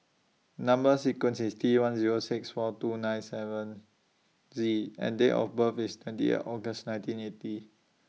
Number sequence IS T one Zero six four two seven nine Z and Date of birth IS twenty eight August nineteen eighty